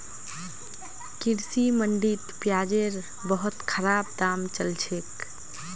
कृषि मंडीत प्याजेर बहुत खराब दाम चल छेक